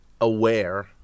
aware